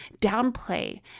downplay